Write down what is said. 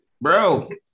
bro